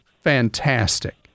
fantastic